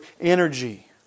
energy